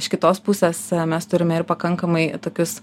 iš kitos pusės mes turime ir pakankamai tokius